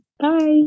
Bye